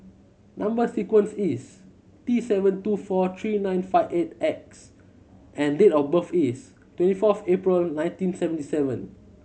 number sequence is T seven two four three nine five eight X and date of birth is twenty fourth April nineteen seventy seven